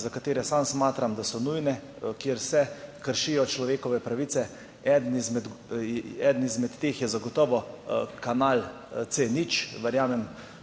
za katera sam smatram, da so nujna, kjer se kršijo človekove pravice. Eden izmed teh je zagotovo kanal C0. Verjamem,